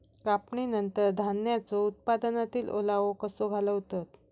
कापणीनंतर धान्यांचो उत्पादनातील ओलावो कसो घालवतत?